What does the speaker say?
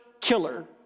killer